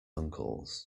uncles